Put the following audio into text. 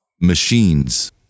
machines